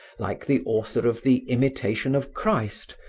like the author of the imitation of christ,